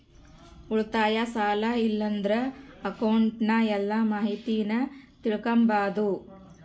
ಉಳಿತಾಯ, ಸಾಲ ಇಲ್ಲಂದ್ರ ಅಕೌಂಟ್ನ ಎಲ್ಲ ಮಾಹಿತೀನ ತಿಳಿಕಂಬಾದು